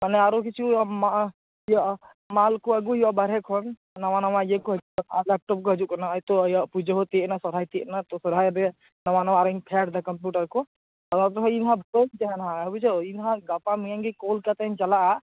ᱢᱟᱱᱮ ᱟᱨ ᱠᱤᱪᱷᱩ ᱢᱟᱞᱠᱚ ᱟᱜᱩ ᱦᱩᱭᱩᱜᱼᱟ ᱵᱟᱦᱮᱨᱮ ᱠᱷᱚᱱ ᱱᱟᱣᱟ ᱱᱟᱣᱟ ᱤᱭᱚᱠᱚ ᱦᱟᱹᱡᱩᱜᱼᱟ ᱟ ᱞᱮᱯᱴᱚᱯ ᱠᱚ ᱦᱟ ᱡᱩᱜ ᱠᱟᱱᱟ ᱮᱛᱚ ᱟᱡᱟᱜ ᱯᱩᱡᱟᱹᱠᱚ ᱛᱤᱭᱩᱜᱱᱟ ᱥᱚᱨᱦᱟᱭ ᱛᱤᱭᱩᱜᱱᱟ ᱛᱚ ᱥᱚᱨᱦᱟᱭ ᱨᱮ ᱱᱟᱟᱟ ᱱᱟᱟᱟ ᱟᱨᱤᱧ ᱪᱷᱟᱲᱫᱟ ᱠᱚᱢᱯᱤᱭᱩᱴᱟᱨ ᱠᱚ ᱟᱫᱚ ᱤᱧᱫᱚ ᱦᱟᱸᱜ ᱵᱟᱹᱧ ᱛᱟᱦᱮᱱᱟ ᱦᱟᱸᱜ ᱵᱤᱡᱷᱟᱹᱣ ᱤᱧ ᱦᱟᱸᱜ ᱜᱟᱯᱟ ᱢᱮᱭᱟᱝ ᱜᱮ ᱠᱳᱞᱠᱟᱛᱟᱧ ᱪᱟᱞᱟᱜᱼᱟ